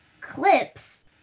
clips